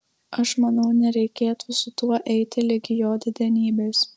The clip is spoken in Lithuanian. aš manau nereikėtų su tuo eiti ligi jo didenybės